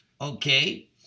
Okay